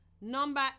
Number